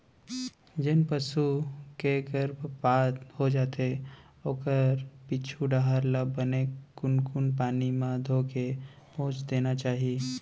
जेन पसू के गरभपात हो जाथे ओखर पीछू डहर ल बने कुनकुन पानी म धोके पोंछ देना चाही